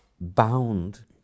bound